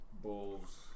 Bull's